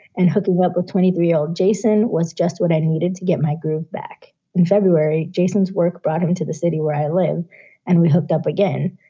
and hooking up with twenty three year old jason was just what i needed to get my groove back in february. jason's work brought him into the city where i live and we hooked up again.